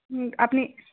হুম আপনি